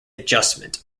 adjustment